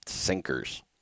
sinkers